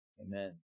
Amen